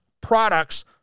products